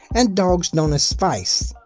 and dogs known as feists.